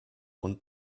und